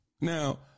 Now